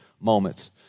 moments